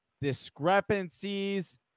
discrepancies